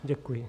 Děkuji.